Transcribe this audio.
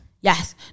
Yes